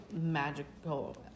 magical